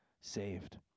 saved